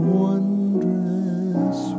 wondrous